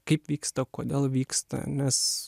kaip vyksta kodėl vyksta nes